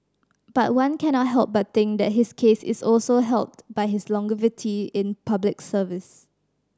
but one cannot help but think that his case is also helped by his longevity in Public Service